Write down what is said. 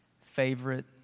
Favorite